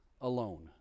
alone